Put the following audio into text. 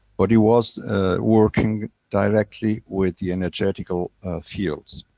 but he was working directly with the energetical fields.